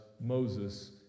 Moses